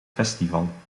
festival